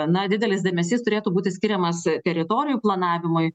na didelis dėmesys turėtų būti skiriamas teritorijų planavimui